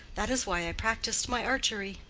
that is why i practiced my archery.